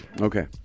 Okay